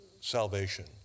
salvation